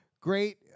great